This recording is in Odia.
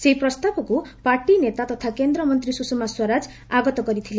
ଏହି ପ୍ରସ୍ତାବକୁ ପାର୍ଟି ନେତା ତଥା କେନ୍ଦ୍ରମନ୍ତ୍ରୀ ସୁଷମା ସ୍ୱରାଜ ଆଗତ କରିଥିଲେ